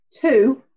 Two